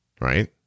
right